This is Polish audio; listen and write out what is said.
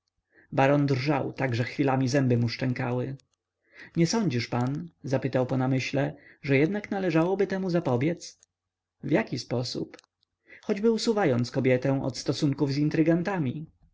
baron drżał tak że chwilami zęby mu szczękały nie sądzisz pan zapytał po namyśle że jednak należałoby temu zapobiedz w jaki sposób choćby usuwając kobietę od stosunków z